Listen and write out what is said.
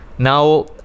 now